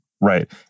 Right